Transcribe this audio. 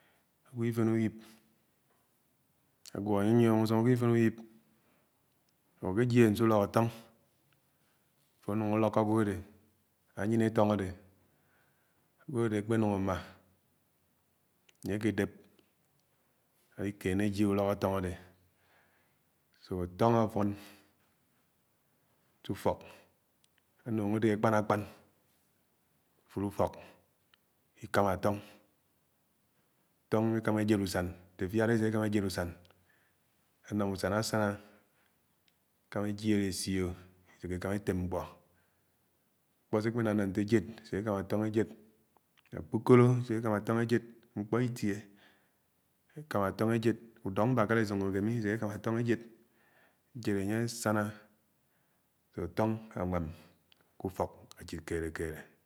Ágwó ánye ányióng ùsúng agwo ifén úwíb awo àkéjie nsúlọk àtóng? Afó anúng àlòkó agwo adẽ anyin àtõng adẽ ágwo adẽ, àkpénúng ámã ánye adédép alikéné ajié ùlók àtóng adé àtóng afón, kú-úfọk ànuñg adé àkpán-ákpán àfùlọ ùfọk ileàmá àtóng, àtóng èkáma ejèd usàn nte afia adẽ ese èkáma ejèd usén, ànàm usàn àsànà, èkáma ejèd esió eséké ekámá ètém m̃kpọ. m̃kpọ sikpináná nté ejéd ese ekámá átoñg ejéd. Ákpòkólo ese èkámá àtoñg ejed, ñkpòitíe èkámá àtoñg ejéd ùdọk m̃bákárá esiònó ke mmi ese ékámá atong ejed, èjéd anye àsáná. Átong ànwám ke ùfọk ajid kele-kelé.